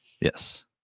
Yes